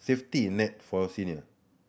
safety net for senior